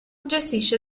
gestisce